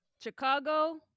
Chicago